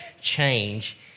change